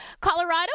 Colorado